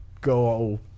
go